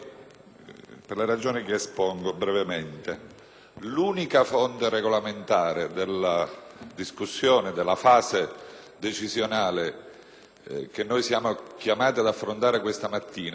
per le ragioni che espongo brevemente. L'unica fonte regolamentare della fase decisionale che siamo chiamati ad affrontare questa mattina